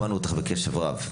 שמענו אותך בקשב רב,